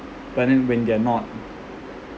but then when they're not